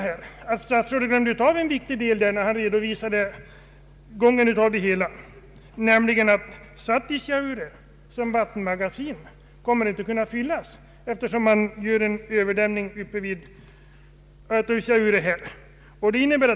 När statsrådet visade gången av detta projekt glömde han en viktig del, nämligen att Satisjaure som vattenmagasin inte kommer att kunna fyllas, eftersom man gör en överdämning uppe vid Teusajaure.